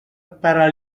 para